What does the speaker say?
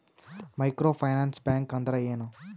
Micro finance bank ಅಂದ್ರ ಏನು?